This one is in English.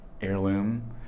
heirloom